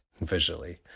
visually